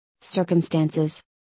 circumstances